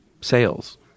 sales